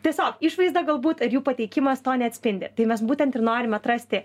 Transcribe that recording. tiesiog išvaizda galbūt ar jų pateikimas to neatspindi tai mes būtent ir norim atrasti